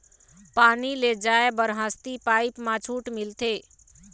पानी ले जाय बर हसती पाइप मा छूट मिलथे?